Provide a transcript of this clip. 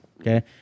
Okay